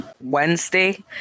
Wednesday